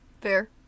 fair